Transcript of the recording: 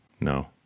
no